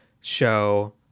show